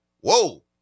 whoa